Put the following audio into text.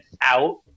out